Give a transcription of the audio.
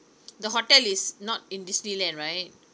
the hotel is not in disneyland right